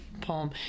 poem